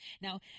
Now